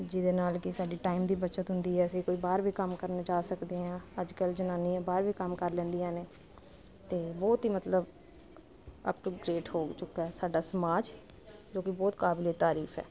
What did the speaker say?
ਜਿਹਦੇ ਨਾਲ ਕਿ ਸਾਡੀ ਟਾਈਮ ਦੀ ਬਚਤ ਹੁੰਦੀ ਹ ਅਸੀਂ ਕੋਈ ਬਾਹਰ ਵੀ ਕੰਮ ਕਰਨੇ ਜਾ ਸਕਦੇ ਆਂ ਅੱਜਕੱਲ ਜਨਾਨੀ ਬਾਹਰ ਵੀ ਕੰਮ ਕਰ ਲੈਂਦੀਆਂ ਨੇ ਤੇ ਬਹੁਤ ਹੀ ਮਤਲਬ ਅਪ ਟੂ ਡੇਟ ਹੋ ਚੁੱਕਾ ਸਾਡਾ ਸਮਾਜ ਕਿਉਂਕਿ ਬਹੁਤ ਕਾਬਲੇ ਤਾਰੀਫ ਹੈ